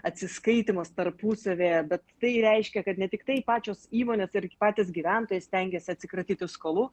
atsiskaitymas tarpusavyje bet tai reiškia kad ne tiktai pačios įmonės ir patys gyventojai stengiasi atsikratyti skolų